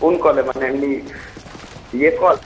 কোন কলে মানে এমনি ইয়ে কল